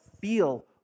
feel